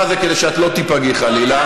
להבהיר את הדבר הזה כדי שאת לא תיפגעי, חלילה.